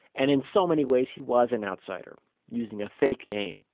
and in so many ways he was an outsider using a fake name,